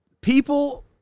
People